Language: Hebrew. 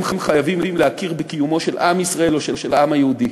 הם חייבים להכיר בקיומו של עם ישראל או של העם היהודי.